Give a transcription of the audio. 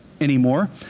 anymore